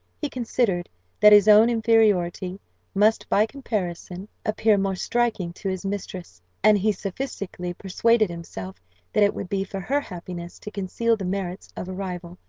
he considered that his own inferiority must by comparison appear more striking to his mistress and he sophistically persuaded himself that it would be for her happiness to conceal the merits of a rival,